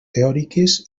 teòriques